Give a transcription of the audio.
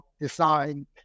design